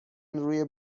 روی